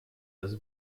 das